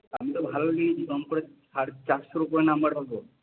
আমি তো ভালো লিখেছি কম করে চারশোর উপরে নম্বর পাব